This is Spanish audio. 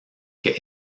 que